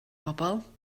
bobol